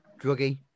druggie